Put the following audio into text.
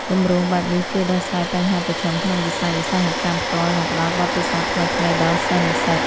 គម្រោងបែបនេះជួយដោះស្រាយបញ្ហាប្រឈមក្នុងវិស័យឧស្សាហកម្មផ្ទាល់ និងផ្តល់បទពិសោធន៍ថ្មីៗដល់សិស្សនិស្សិត។